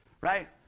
right